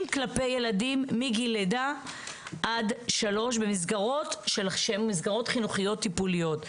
כלפי ילדים מגיל לידה עד שלוש במסגרות שהן מסגרות חינוכיות טיפוליות,